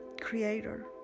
creator